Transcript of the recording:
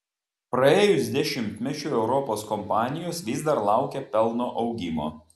praėjus dešimtmečiui europos kompanijos vis dar laukia pelno augimo